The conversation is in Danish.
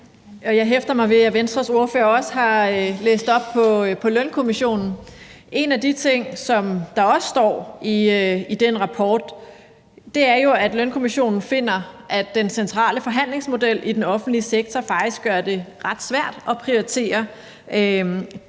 Jeg hæfter mig ved, at Venstres ordfører også har læst op på Lønkommissionens rapport. En af de ting, som der også står i den rapport, er jo, at Lønkommissionen finder, at den centrale forhandlingsmodel i den offentlige sektor faktisk gør det ret svært at prioritere særlige